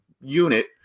unit